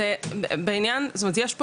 יש פה